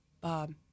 Bob